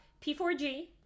P4G